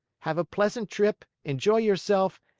have a pleasant trip, enjoy yourself,